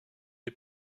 est